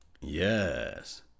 Yes